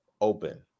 open